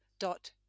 dot